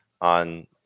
on